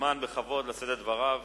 מוזמן בכבוד לשאת את דבריו.